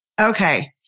Okay